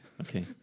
Okay